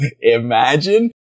imagine